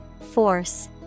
Force